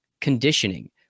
conditioning